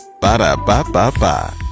Ba-da-ba-ba-ba